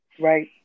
Right